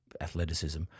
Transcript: athleticism